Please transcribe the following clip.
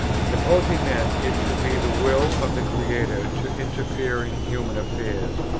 supposing then it to be the will of the creator to interfere in human affairs,